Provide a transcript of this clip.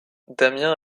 damien